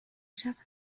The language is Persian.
شود